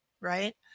Right